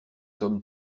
sommes